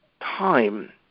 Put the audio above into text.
time